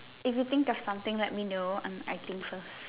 if you think of something let me know I am I think first